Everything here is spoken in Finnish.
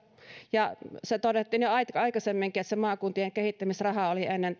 ja se todettiin jo aikaisemminkin että se maakuntien kehittämisraha oli ennen